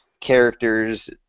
characters